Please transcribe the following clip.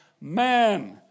man